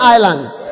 Islands